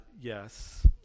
yes